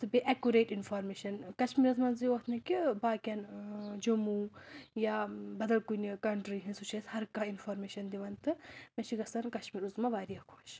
تہٕ بیٚیہِ accurate information کَشمیٖرَس منٛزٕے یوٗت نہٕ کیٚنٛہہ باقٕیَن ٲں جموں یا بَدَل کُنہِ کَنٹرٛی ہنٛز سُہ چھُ اسہِ ہَر کانٛہہ اِنفارمیشَن دِوان تہٕ مےٚ چھُ گژھان کَشمیٖر عُظمۍٰ واریاہ خۄش